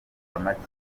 amavuta